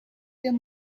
there